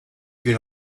been